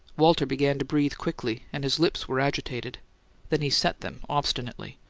walter began to breathe quickly, and his lips were agitated then he set them obstinately.